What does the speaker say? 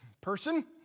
person